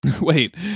wait